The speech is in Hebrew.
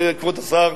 כבוד השר,